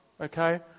okay